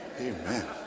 Amen